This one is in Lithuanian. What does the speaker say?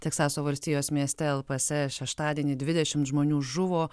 teksaso valstijos mieste el pase šeštadienį dvidešimt žmonių žuvo